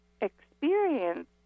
experience